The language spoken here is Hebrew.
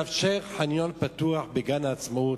ואפשר לצאת בקריאה לראש העירייה שיאפשר חניון פתוח בגן העצמאות.